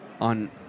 on